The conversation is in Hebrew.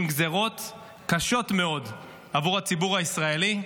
עם גזרות קשות מאוד עבור הציבורי הישראלי,